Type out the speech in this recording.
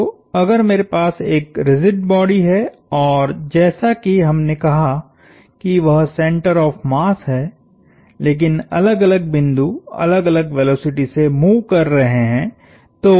तो अगर मेरे पास एक रिजिड बॉडी है और जैसा कि हमने कहा कि वह सेंटर ऑफ मास है लेकिन अलग अलग बिंदु अलग अलग वेलोसिटी से मूव कर रहे हैं